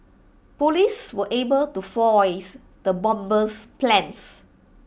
Police were able to foil the bomber's plans